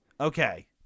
Okay